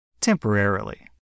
Temporarily